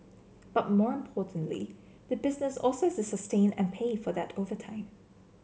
but more importantly the business also sustain and pay for that over time